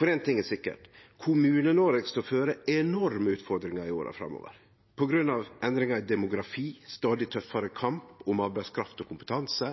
For éin ting er sikkert: Kommune-Noreg står føre enorme utfordringar i åra framover på grunn av endringar i demografi, ein stadig tøffare kamp om arbeidskraft og kompetanse,